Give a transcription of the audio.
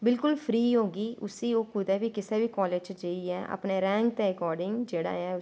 बिल्कुल फ्री होगी उसी ओह् कुतै बी केह्ड़े बी कालेज़ च जाईयै अपने रैंक दे अकार्डिंग उसी